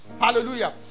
Hallelujah